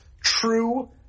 true